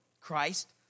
Christ